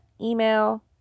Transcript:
email